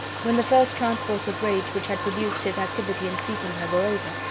when the first transports of rage which had produced his activity in seeking her were over,